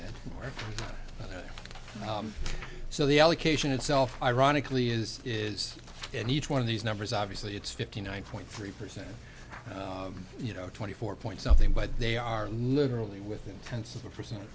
ok so the allocation itself ironically is is in each one of these numbers obviously it's fifty nine point three percent you know twenty four point something but they are literally within tense of a percent